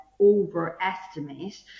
Overestimate